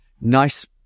nice